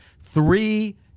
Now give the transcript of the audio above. Three